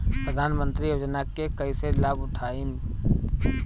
प्रधानमंत्री योजना के कईसे लाभ उठाईम?